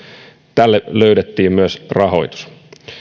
tälle löydettiin myös rahoitus